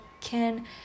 can-